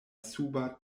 suba